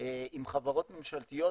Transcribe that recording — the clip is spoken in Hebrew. עם חברות ממשלתיות,